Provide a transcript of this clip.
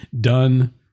done